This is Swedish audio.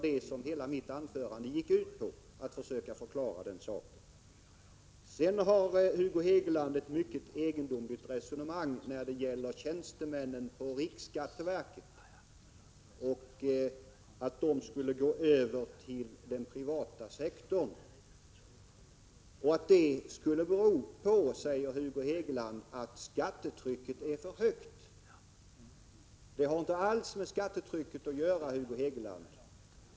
Hela mitt anförande gick ut på att försöka förklara den saken. Vidare för Hugo Hegeland ett mycket egendomligt resonemang om att tjänstemännen på riksskatteverket skulle gå över till den privata sektorn. Detta skulle bero på, säger Hugo Hegeland, att skattetrycket är för högt. Nej, det har inte alls med skattetrycket att göra, Hugo Hegeland.